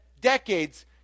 decades